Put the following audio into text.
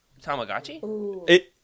Tamagotchi